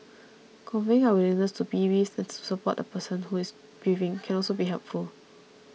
conveying our willingness to be with and to support the person who is grieving can also be helpful